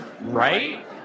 Right